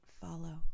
follow